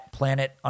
planet